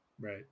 right